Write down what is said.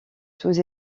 sous